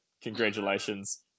congratulations